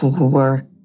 work